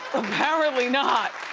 apparently not.